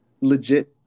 legit